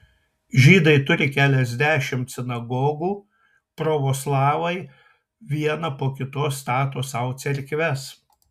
žydai turi keliasdešimt sinagogų pravoslavai vieną po kitos stato sau cerkves